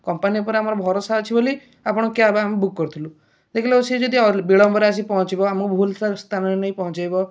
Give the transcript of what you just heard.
company ଉପରେ ଆମର ଭରସା ଅଛି ବୋଲି ଆପଣଙ୍କ କ୍ୟାବ୍ ଆମେ ବୁକ୍ କରିଥୁଲୁ ଦେଖିଲାବେଳକୁ ସେ ଯଦି ବିଳମ୍ବରେ ଆସି ପହଞ୍ଚିବ ଆମକୁ ଭୁଲ ସ୍ଥାନରେ ନେଇ ପହଞ୍ଚେଇବ